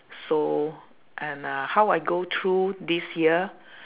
so and uh how I go through this year